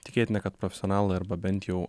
tikėtina kad profesionalai arba bent jau